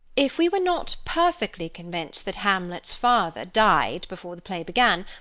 if we were not perfectly convinced that hamlet's father died before the play began,